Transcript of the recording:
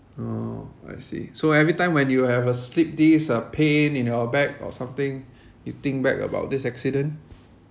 oh I see so every time when you have a slipped disc uh pain in your back or something you think back about this accident